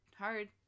hard